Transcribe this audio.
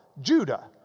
Judah